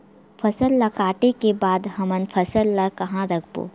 फसल ला काटे के बाद हमन फसल ल कहां रखबो?